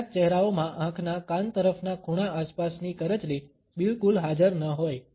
કેટલાક ચહેરાઓમાં આંખના કાન તરફના ખૂણા આસપાસની કરચલી બિલકુલ હાજર ન હોય